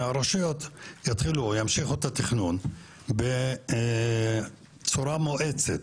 שהרשויות ימשיכו את התכנון בצורה מואצת